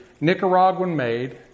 Nicaraguan-made